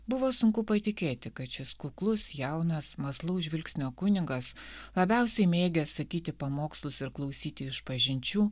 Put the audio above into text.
buvo sunku patikėti kad šis kuklus jaunas mąslaus žvilgsnio kunigas labiausiai mėgęs sakyti pamokslus ir klausyti išpažinčių